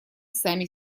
сами